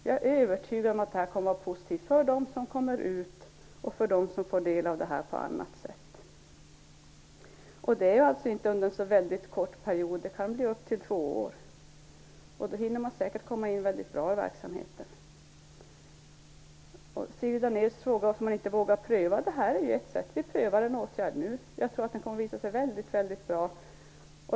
Jag är övertygad om att detta kommer att vara positivt - för dem som kommer ut och för dem som får del av detta på annat sätt. Det gäller inte en så väldigt kort period. Det kan handla om upp till två år. Då hinner man säkert komma in väldigt bra i verksamheten. Siri Dannaeus frågade varför vi inte vågar pröva någonting. Men det här är ju ett sätt! Vi prövar en åtgärd nu. Jag tror att den kommer att visa sig vara väldigt bra.